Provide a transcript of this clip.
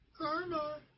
Karma